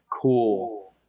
cool